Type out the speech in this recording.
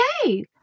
Okay